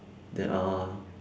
there are